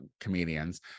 comedians